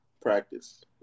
practice